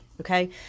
okay